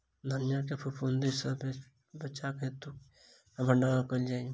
धनिया केँ फफूंदी सऽ बचेबाक हेतु केना भण्डारण कैल जाए?